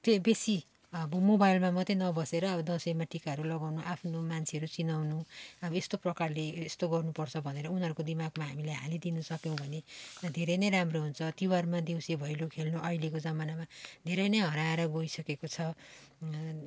त्यो बेसी अब मोबाइलमा मात्र नबसेर अब दसैँमा टिकाहरू लगाउनु आफ्नो मान्छेहरू चिनाउनु अब यस्तो प्रकारले यस्तो गर्नु पर्छ भनेर उनीहरूको दिमागमा हामीले हालिदिनु सक्यौँ भने धेरै नै राम्रो हुन्छ तिहारमा दैउसी भैलो खेल्नु अहिलेको जमानामा धेरै नै हराएर गइसकेको छ